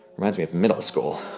reminds me of middle school.